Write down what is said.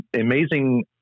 amazing